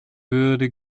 würde